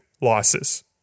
losses